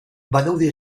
badaude